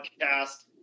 podcast